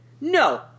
No